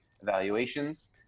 evaluations